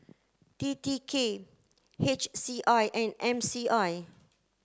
T T K H C I and M C I